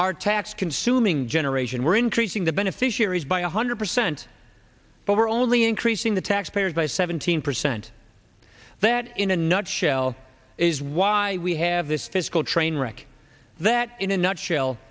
our tax consuming generation we're increasing the beneficiaries by one hundred percent but we're only increasing the tax payers by seventeen percent that in a nutshell is why we have this fiscal train wreck that in a nutshell